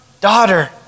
daughter